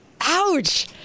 ouch